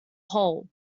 hole